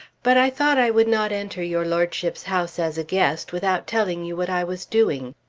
but i thought i would not enter your lordship's house as a guest without telling you what i was doing.